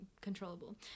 controllable